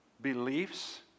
Beliefs